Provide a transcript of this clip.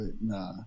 nah